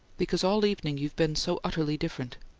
because all evening you've been so utterly different.